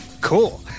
cool